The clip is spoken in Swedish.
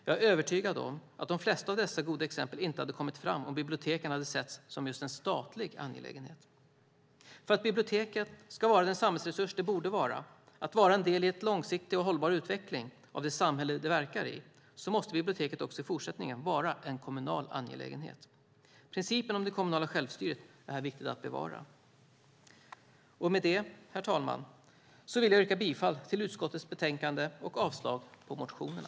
Jag är övertygad om att de flesta av dessa goda exempel inte hade kommit fram om biblioteken hade setts som en statlig angelägenhet. För att biblioteket ska var den samhällsresurs det borde vara, vara en del i en långsiktig och hållbar utveckling av det samhälle det verkar i, måste biblioteket också i fortsättningen vara en kommunal angelägenhet. Principen om det kommunala självstyret är här viktigt att bevara. Med det, herr talman, vill jag yrka bifall till utskottets förslag och avslag på motionerna.